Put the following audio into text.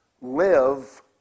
live